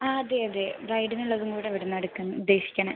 ആ അതെ അതെ ബ്രൈഡിനുള്ളതും കൂടെ ഇവിടുന്നാണ് എടുക്കാൻ ഉദ്ദേശിക്കണത്